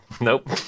Nope